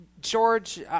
George